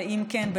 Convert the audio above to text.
ואם כן,